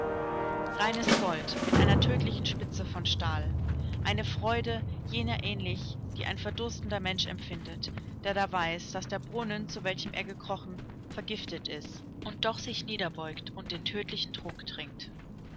reines gold mit einer tödlichen spitze von stahl eine freude jener ähnlich die ein verdurstender mensch empfindet der da weiß daß der brunnen zu welchem er gekrochen vergiftet ist und doch sich niederbeugt und den tödlichen trunk trinkt